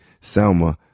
Selma